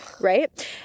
right